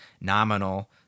nominal